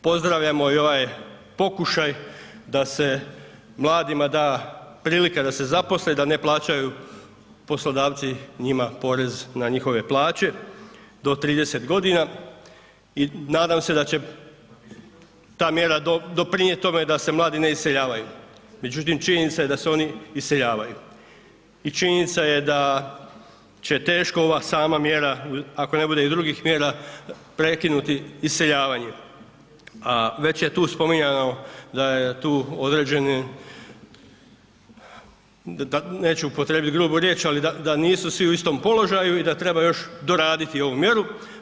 Pozdravljamo i ovaj pokušaj da se mladima da prilika da se zaposle i da ne plaćaju poslodavci njima porez na njihove plaće do 30 godina i nadam se da će ta mjera doprinijeti tome da se mladi ne iseljavaju, međutim činjenica je da se oni iseljavaju i činjenica je da će teško ova sama mjera ako ne bude i drugih mjera prekinuti iseljavanje, a već je tu spominjano da je tu određeni, da neću upotrijebiti grubu riječ, ali da nisu svi u istom položaju i da treba još doraditi ovu mjeru.